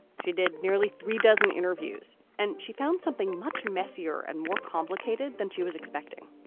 she did nearly three dozen interviews and she found something much messier and more complicated than she was expecting.